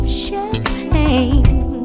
champagne